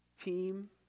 team